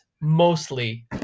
mostly